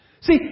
See